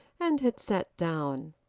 and had sat down.